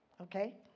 Okay